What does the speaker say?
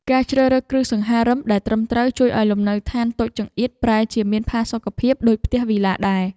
ការជ្រើសរើសគ្រឿងសង្ហារិមដែលត្រឹមត្រូវជួយឱ្យលំនៅឋានតូចចង្អៀតប្រែជាមានផាសុកភាពដូចផ្ទះវីឡាដែរ។